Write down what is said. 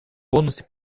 полностью